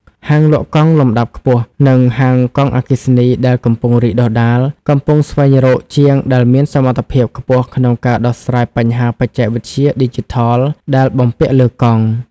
ហាងលក់កង់លំដាប់ខ្ពស់ និងហាងកង់អគ្គិសនីដែលកំពុងរីកដុះដាល កំពុងស្វែងរកជាងដែលមានសមត្ថភាពខ្ពស់ក្នុងការដោះស្រាយបញ្ហាបច្ចេកវិទ្យាឌីជីថលដែលបំពាក់លើកង់។